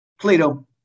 Plato